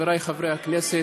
חבריי חברי הכנסת,